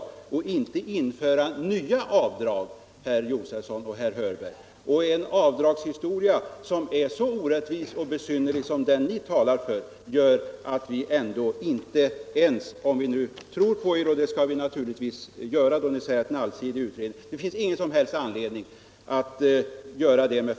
Alltså inga nya avdrag. En avdragshistoria som är så orättvis och besynnerlig som den ni talar för kan jag inte ge någon förhoppning om att vi socialdemokrater skall utöka antalet avdrag med.